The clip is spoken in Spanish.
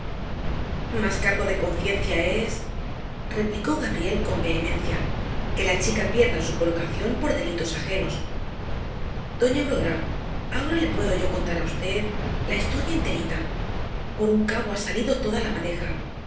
más cargo de conciencia es replicó gabriel con vehemencia que la chica pierda su colocación por delitos ajenos doña aurora ahora le puedo yo contar á v la historia enterita por un cabo ha salido toda la madeja